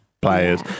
players